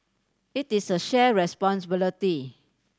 it is a shared responsibility